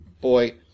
boy